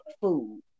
food